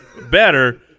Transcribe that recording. better